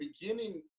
beginning